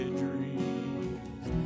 dreams